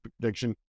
prediction